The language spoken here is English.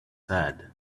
sad